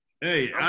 hey